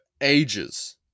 ages